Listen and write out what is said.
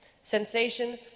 Sensation